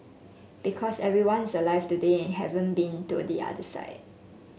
because everyone is alive today and haven't been to the other side